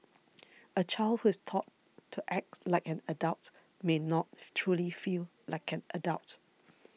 a child who is taught to act like an adult may not truly feel like an adult